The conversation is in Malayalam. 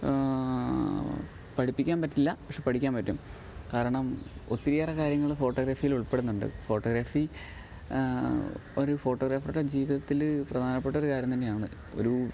പഠിപ്പിക്കാൻ പറ്റില്ല പക്ഷെ പഠിക്കാൻ പറ്റും കാരണം ഒത്തിരിയേറെ കാര്യങ്ങള് ഫോട്ടോഗ്രാഫിയില് ഉൾപ്പെടുന്നുണ്ട് ഫോട്ടോഗ്രാഫി ഒരു ഫോട്ടോഗ്രാഫറുടെ ജീവിതത്തില് പ്രധാനപ്പെട്ടൊരു കാര്യം തന്നെയാണ് ഒരു